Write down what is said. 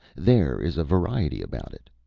there is a variety about it.